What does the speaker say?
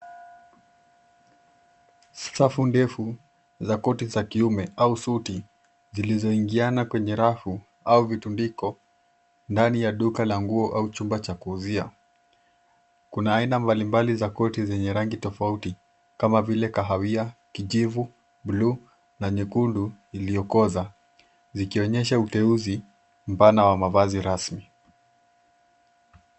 Safu ndefu za koti za kiume au suti zilizoingiana kwenye rafu au vitundiko ndani ya duka la nguo au chumba cha kuuzia. Kuna aina mbalimbali za koti zenye rangi tofauti kama vile kahawia, kijivu, bluu na nyekundu iliyokoza. Zikionyesha uteuzi mpana wa mavazi rasmi.